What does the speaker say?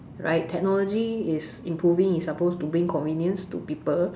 right technology is improving it's supposed to bring convenience to people